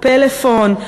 "פלאפון",